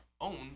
owned